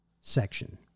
section